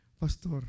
Pastor